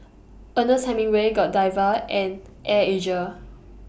Ernest Hemingway Godiva and Air Asia